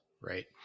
right